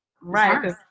Right